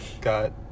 got